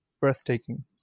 breathtaking